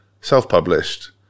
Self-published